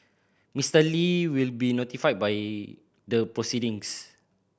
Mister Li will be notified by the proceedings